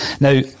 Now